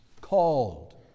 called